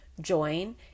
join